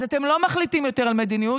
אז אתם לא מחליטים יותר על מדיניות.